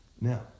Now